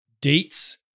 dates